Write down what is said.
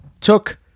took